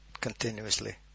continuously